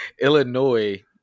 Illinois